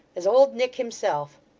as old nick himself.